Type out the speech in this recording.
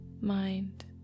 mind